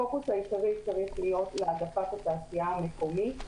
הפוקוס העיקרי צריך להיות להעדפת התעשייה המקומית.